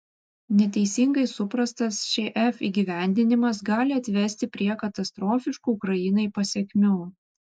neteisingai suprastas šf įgyvendinimas gali atvesti prie katastrofiškų ukrainai pasekmių